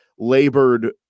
labored